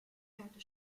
kehrte